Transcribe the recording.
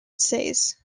essays